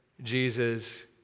Jesus